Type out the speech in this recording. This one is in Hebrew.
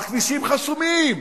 הכבישים חסומים,